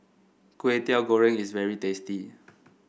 Kway Teow Goreng is very tasty